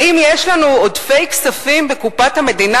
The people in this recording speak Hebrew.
האם יש לנו עודפי כספים בקופת המדינה,